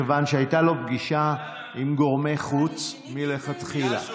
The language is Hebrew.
מכיוון שהייתה לו פגישה עם גורמי חוץ מלכתחילה.